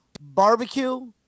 barbecue